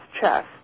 chest